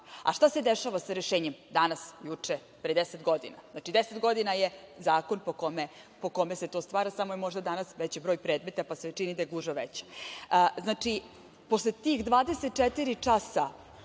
A, šta se dešava sa rešenjem danas, juče, pre 10 godina? Znači, 10 godina je zakon po kome se to stvara samo je možda danas veći broj predmeta, pa se čini da je gužva veća . Znači, posle tih 24 časa,